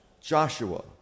Joshua